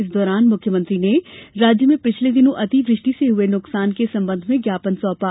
इस दौरान मुख्यमंत्री ने राज्य में पिछले दिनों अतिवृष्टि से हुए नुकसान के सम्बंध में ज्ञापन सौंपा